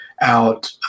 out